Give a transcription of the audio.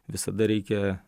visada reikia